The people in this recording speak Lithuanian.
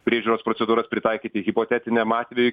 priežiūros procedūras pritaikyti hipotetiniam atvejui